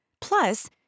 plus